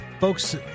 Folks